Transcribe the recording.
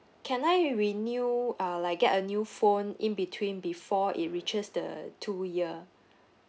can I renew uh like get a new phone in between before it reaches the two year